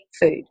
food